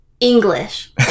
English